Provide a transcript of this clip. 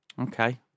Okay